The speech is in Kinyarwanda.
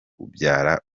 ubyara